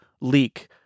leak